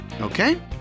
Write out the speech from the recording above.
Okay